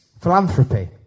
philanthropy